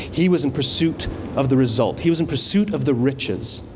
he was in pursuit of the result. he was in pursuit of the riches.